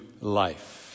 life